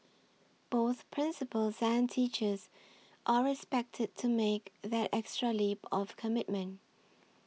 both principals and teachers are expected to make that extra leap of commitment